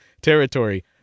territory